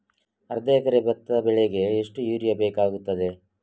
ಅರ್ಧ ಎಕರೆ ಭತ್ತ ಬೆಳೆಗೆ ಎಷ್ಟು ಯೂರಿಯಾ ಬೇಕಾಗುತ್ತದೆ?